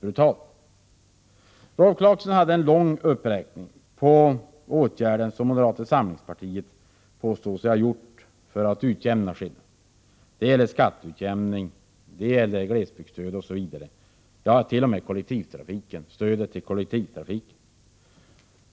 Rolf Clarkson gjorde en lång uppräkning på åtgärder som moderata samlingspartiet påstår sig ha vidtagit för att utjämna skillnaderna. Det gäller skatteutjämning, glesbygdsstöd osv., ja t.o.m. stöd till kollektivtrafiken.